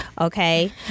okay